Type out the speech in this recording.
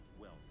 wealth